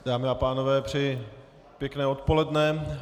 Dámy a pánové, přeji pěkné odpoledne.